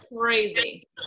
crazy